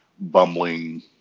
bumbling